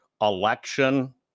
election